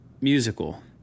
musical